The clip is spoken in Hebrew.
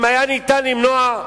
אם היה ניתן למנוע,